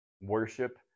Worship